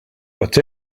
but